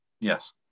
yes